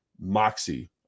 moxie